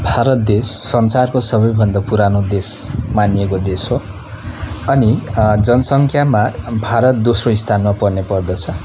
भारत देश संसारको सबैभन्दा पुरानो देश मानिएको देश हो अनि जनसङ्ख्यामा भारत दोस्रो स्थानमा पर्ने पर्दछ